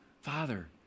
Father